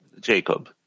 Jacob